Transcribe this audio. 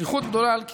שליחות גדולה על כתפך.